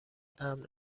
امن